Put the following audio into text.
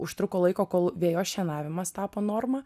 užtruko laiko kol vejos šienavimas tapo norma